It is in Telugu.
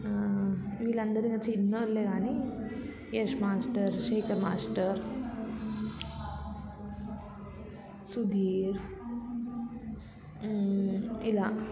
వీళ్ళందరు ఇంకా చిన్నవాళ్లు కానీ యష్ మాస్టర్ శేఖర్ మాస్టర్ సుధీర్ ఇలా